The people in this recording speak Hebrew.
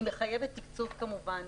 היא מחייבת תקצוב כמובן,